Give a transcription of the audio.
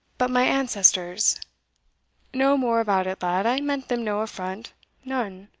but my ancestors no more about it, lad i meant them no affront none.